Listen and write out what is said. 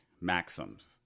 Maxims